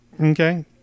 Okay